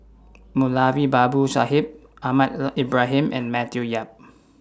Moulavi Babu Sahib Ahmad Ibrahim and Matthew Yap